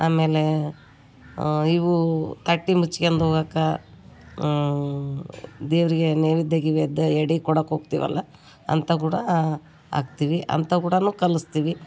ಆಮೇಲೇ ಇವೂ ತಟ್ಟೀಗೆ ಮುಚ್ಕ್ಯಂದು ಹೋಗಾಕ ದೇವರಿಗೆ ನೈವೇದ್ಯ ಗಿವೇದ್ಯ ಎಡೆ ಕೊಡೋಕ್ ಹೋಗ್ತೀವಲ್ಲ ಅಂತ ಕೂಡ ಹಾಕ್ತೀವಿ ಅಂತ ಕೂಡ ಕಲಿಸ್ತೀವಿ